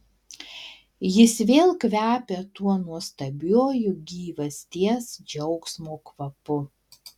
jis vėl kvepia tuo nuostabiuoju gyvasties džiaugsmo kvapu